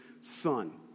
son